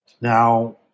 Now